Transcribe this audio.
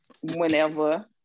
whenever